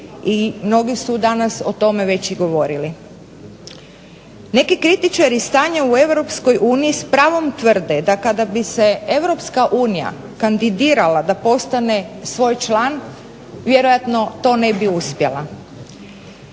i mnogi su danas o tome već i govorili. Neki kritičari stanja u Europskoj uniji s pravom tvrde da kada bi se Europska unija kandidirala da postane svoj član vjerojatno to ne bi uspjela.